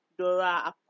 Dora